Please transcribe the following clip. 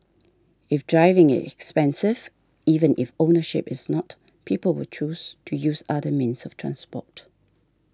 if driving is expensive even if ownership is not people will choose to use other means of transport